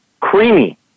creamy